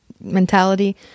mentality